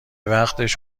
وقتش